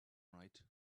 right